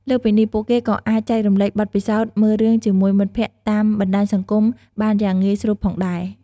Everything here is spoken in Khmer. លើសពីនេះ ពួកគេក៏អាចចែករំលែកបទពិសោធន៍មើលរឿងជាមួយមិត្តភក្តិតាមបណ្ដាញសង្គមបានយ៉ាងងាយស្រួលផងដែរ។